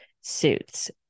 Suits